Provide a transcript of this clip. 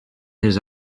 his